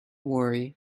worry